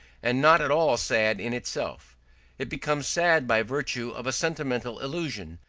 and not at all sad in itself it becomes sad by virtue of a sentimental illusion,